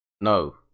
No